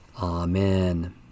Amen